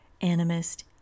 animist